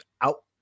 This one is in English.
out